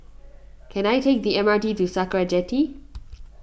can I take the M R T to Sakra Jetty